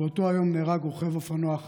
באותו היום נהרג רוכב אופנוע,